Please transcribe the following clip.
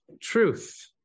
truth